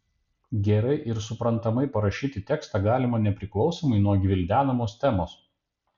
gerai ir suprantamai parašyti tekstą galima nepriklausomai nuo gvildenamos temos